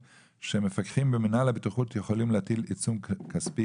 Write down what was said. שמפקחים ממנהל הבטיחות יכולים להטיל עיצום כספי